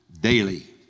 daily